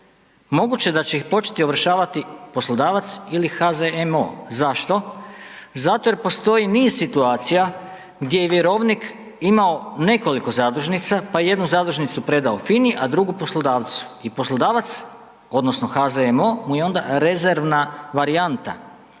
moguće da će ih početi ovršavati poslodavac ili HZMO. Zašto? Zato što postoji niz situacija gdje je vjerovnik imao nekoliko zadužnica, pa jednu zadužnicu predao FINA-i, a drugu poslodavcu i poslodavac odnosno HZMO mu je onda rezervna varijanta.